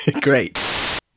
Great